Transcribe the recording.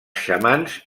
xamans